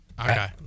okay